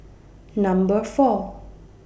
Number four